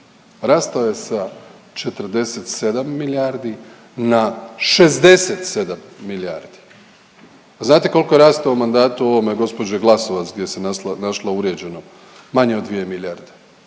Rastao je sa 47 milijardi na 67 milijardi. Znate koliko je rastao u mandatu ovome gospođe Glasovac gdje se našla uvrijeđenom? Manje od 2 milijarde.